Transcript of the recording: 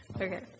Okay